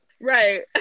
Right